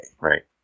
Right